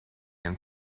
and